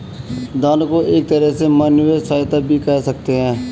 दान को एक तरह से मानवीय सहायता भी कह सकते हैं